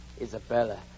Isabella